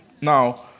Now